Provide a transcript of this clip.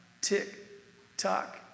tick-tock